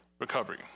recovery